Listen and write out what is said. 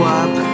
up